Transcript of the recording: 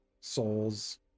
souls